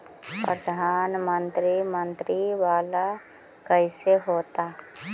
प्रधानमंत्री मंत्री वाला कैसे होता?